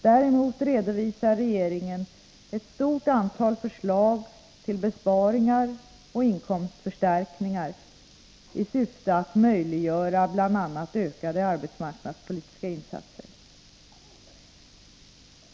Däremot redovisar regeringen ett stort antal förslag till besparingar och inkomstförstärkningar i syfte att möjliggöra bl.a. ökade arbetsmarknadspolitiska insatser.